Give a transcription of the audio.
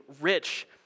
rich